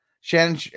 Shannon